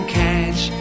catch